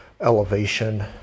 elevation